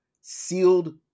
sealed